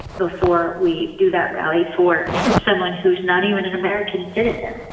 before we do that rally for someone who is not even an american citizen.